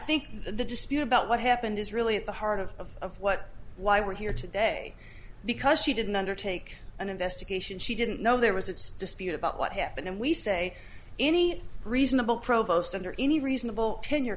think the dispute about what happened is really at the heart of what why we're here today because she didn't undertake an investigation she didn't know there was it's dispute about what happened and we say any reasonable provost under any reasonable ten